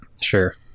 Sure